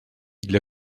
для